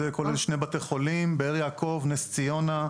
זה כולל שני בתי חולים: באר יעקב ונס ציונה,